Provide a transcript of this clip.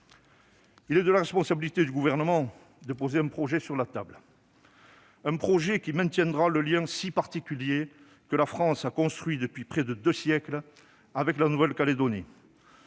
Il est de la responsabilité du Gouvernement de poser un projet sur la table ; un projet qui maintiendra le lien si particulier que la France a construit depuis près de deux siècles avec la Nouvelle-Calédonie